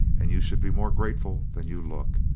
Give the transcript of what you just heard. and you should be more grateful than you look.